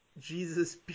Jesus